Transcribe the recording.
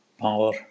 Power